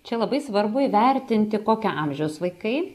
čia labai svarbu įvertinti kokio amžiaus vaikai